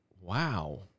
Wow